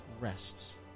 rests